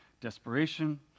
desperation